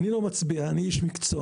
אני לא מצביע, אני איש מקצוע.